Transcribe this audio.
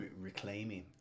Reclaiming